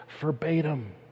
verbatim